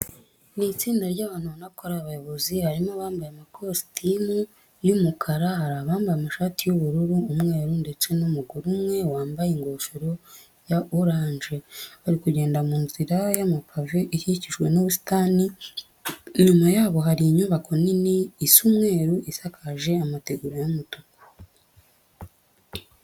Ni itsinda ry'abantu ubona ko ari abayobozi, harimo abambaye amakositimu y'umukara, hari abambaye amashati y'ubururu, umweru ndetse n'umugore umwe wambaye ingofero ya oranje. Bari kugenda mu nzira y'amapave ikikijwe n'ubusitani, inyuma yabo hari inyubako nini isa umweru isakaje amategura y'umutuku.